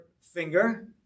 finger